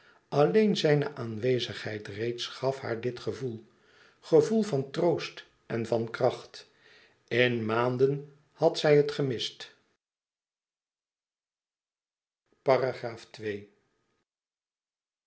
alleen zijne aanwezigheid reeds gaf haar dit gevoel gevoel van troost en van kracht in maanden had zij het gemist